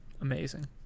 amazing